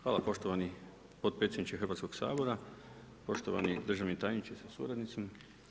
Hvala poštovani potpredsjedniče Hrvatskog sabora, poštovani državni tajniče sa suradnicima.